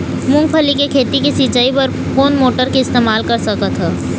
मूंगफली के खेती के सिचाई बर कोन मोटर के इस्तेमाल कर सकत ह?